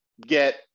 get